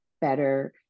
better